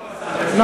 לא,